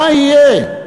מה יהיה?